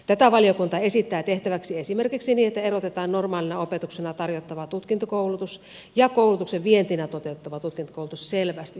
tätä valiokunta esittää tehtäväksi esimerkiksi niin että erotetaan normaalina opetuksena tarjottava tutkintokoulutus ja koulutuksen vientinä toteutettava tutkintokoulutus selvästi toisistaan